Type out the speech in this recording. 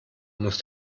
muss